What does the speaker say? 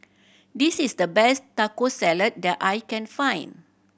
this is the best Taco Salad that I can find